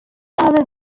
other